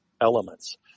elements